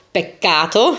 peccato